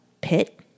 pit